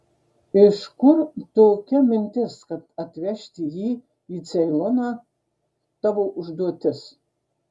iš kur tokia mintis kad atvežti jį į ceiloną tavo užduotis